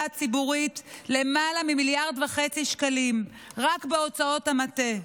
הציבורית למעלה מ-1.5 מיליארד שקלים רק בהוצאות המטה.